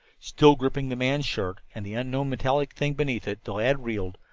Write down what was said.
still gripping the man's shirt, and the unknown metallic thing beneath it, the lad reeled.